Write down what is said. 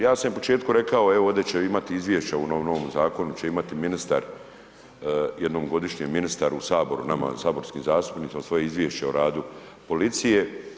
Ja sam i na početku rekao, evo ovde će imati izvješće u ovom novom zakonu će imati ministar jednom godišnje, ministar u saboru nama saborskim zastupnicima svoje izvješće o radu policije.